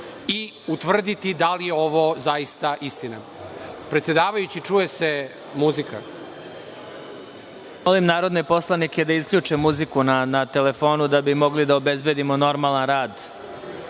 i utvrditi da li je ovo zaista istina. Predsedavajući, čuje se muzika. **Vladimir Marinković** Molim narodne poslanika da isključe muziku na telefonu, da bi mogli da obezbedimo normalan rad